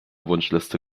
wunschliste